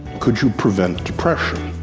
could you prevent depression?